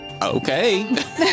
Okay